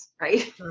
right